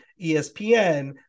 ESPN